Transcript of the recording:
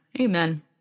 Amen